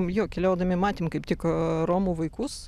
jo keliaudami matėm kaip tik aa romų vaikus